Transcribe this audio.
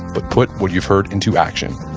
but put what you've heard into action